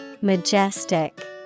majestic